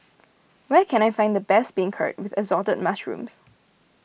where can I find the best Beancurd with Assorted Mushrooms